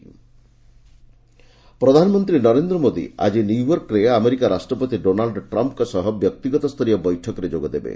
PM Trump meet ପ୍ରଧାନମନ୍ତ୍ରୀ ନରେନ୍ଦ୍ର ମୋଦୀ ଆଜି ନ୍ୟୁୟର୍କରେ ଆମେରିକା ରାଷ୍ଟ୍ରପତି ଡୋନାଲ୍ଚ ଟ୍ରମ୍ଫ୍ଙ୍କ ସହ ବ୍ୟକ୍ତିଗତ ସ୍ତରୀୟ ବୈଠକରେ ଯୋଗ ଦେବେ